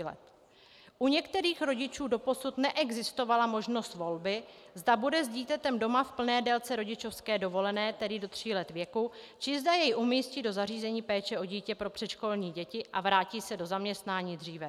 U některých rodičů doposud neexistovala možnost volby, zda bude s dítětem doma v plné délce rodičovské dovolené, tedy do tří let věku, či zda jej umístí do zařízení péče o dítě pro předškolní děti a vrátí se do zaměstnání dříve.